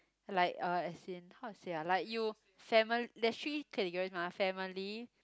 like uh as in how to say ah like you fami~ there is three category mah family